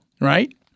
right